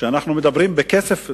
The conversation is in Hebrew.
כשאנחנו מדברים בכסף,